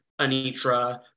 Anitra